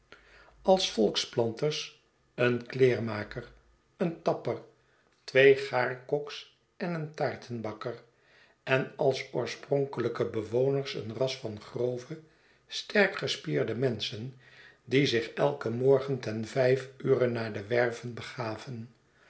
als volksplanters een kleer maker een tapper twee gaarkoks en een taartenbakker en als oorspronkelijke bewoners een ras van grove sterkgespierde menschen die zich elken morgen ten vijf ure naar de werven begaven